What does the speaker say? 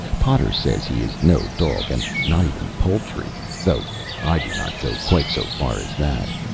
potter says he is no dog, and not even poultry though i do not go quite so far as that.